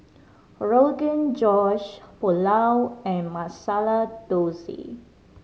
Rogan Josh Pulao and Masala Dosa